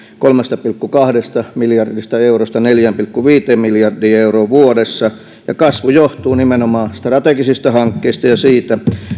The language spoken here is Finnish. kolmesta pilkku kahdesta miljardista eurosta neljään pilkku viiteen miljardiin euroon vuodessa ja kasvu johtuu nimenomaan strategisista hankkeista ja siitä